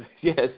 yes